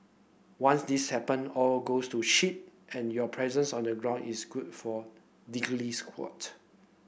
once this happen all goes to shit and your presence on the ground is good for diddly squat